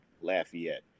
lafayette